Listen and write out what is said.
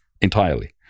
entirely